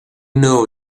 know